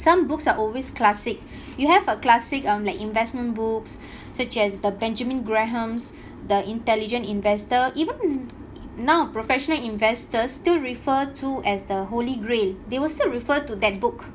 some books are always classic you have a classic um like investment books such as the benjamin graham the intelligent investor even now professional investors still refer to as the holy grail they will still refer to that book